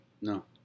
no